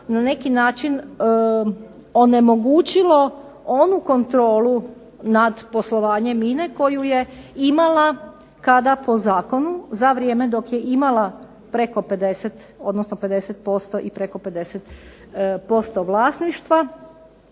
na neki način onemogućilo onu kontrolu nad poslovanjem INA-e koju je imala kada po zakonu za vrijeme dok je imala preko 50%, odnosno 50% i preko 50% vlasništva